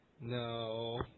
No